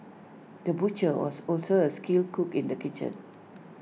the butcher was also A skilled cook in the kitchen